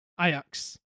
Ajax